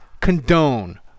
condone